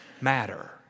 matter